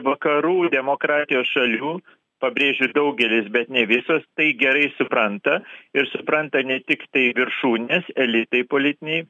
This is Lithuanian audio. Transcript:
vakarų demokratijos šalių pabrėžiu daugelis bet ne visos tai gerai supranta ir supranta ne tiktai viršūnės elitai politiniai